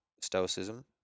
stoicism